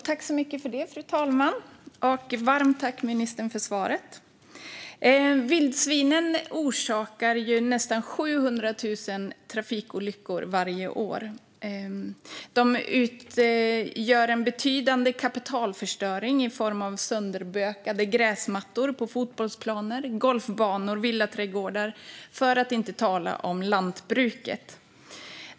Fru talman! Varmt tack, ministern, för svaret! Vildsvinen orsakar nästan 700 000 trafikolyckor varje år. De utgör en betydande kapitalförstöring i form av sönderbökade gräsmattor på fotbollsplaner, på golfbanor och i villaträdgårdar - för att inte tala om lantbruket.